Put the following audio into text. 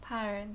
怕人